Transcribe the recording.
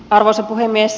arvoisa puhemies